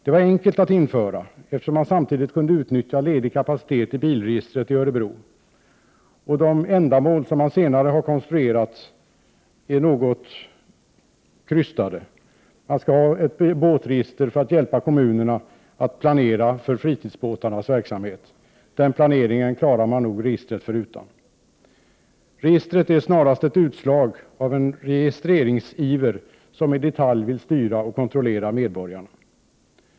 Det var enkelt att införa registret, eftersom man samtidigt kunde utnyttja ledig kapacitet i bilregistret i Örebro. Senare redovisade ändamål är något krystade. Man skall ha ett båtregister för att hjälpa kommunerna att planera för fritidsbåtarnas verksamhet, heter det. Den planeringen klarar man nog registret förutan. Registret är snarast ett utslag av en registreringsiver hos sådana som i detalj vill styra och kontrollera medborgarna.